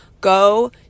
go